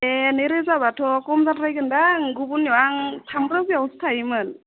ए नैरोजाब्लाथ' खमजाद्रायगोनदां गुबुननियाव आं थामरोजायावसो थायोमोन